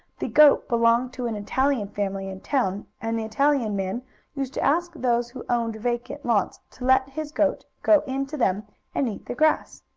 the goat belonged to an italian family in town, and the italian man used to ask those who owned vacant lots to let his goat go into them and eat the grass.